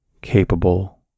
capable